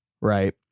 right